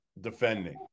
defending